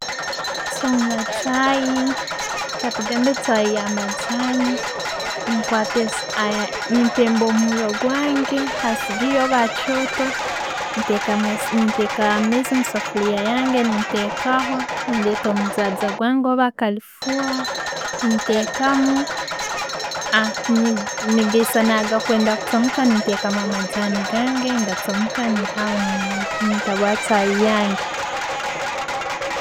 0chumba chai, katugambe chai yamajani, nenkwata, nempemba 0muuro gwange, hasigiri orba hakyooto, nentakamu amaiizi musefulya yange, ntekaho. Nendeta 0mujaja gwange orba kalifuha, nentekamu. Negaisana negakwenda kuchamuka, nentekamu amajaani gange, gachamuka, nenyihaho ntabura chai yange.